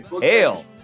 Hail